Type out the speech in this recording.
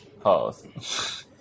Pause